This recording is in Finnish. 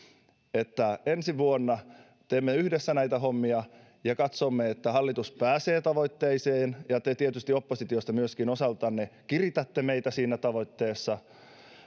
että ensi vuonna teemme yhdessä näitä hommia ja katsomme että hallitus pääsee tavoitteeseen ja te tietysti oppositiosta myöskin osaltanne kiritätte meitä siinä tavoitteessa